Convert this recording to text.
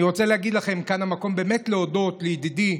אני רוצה להגיד לכם, כאן המקום באמת להודות לידידי